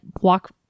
walk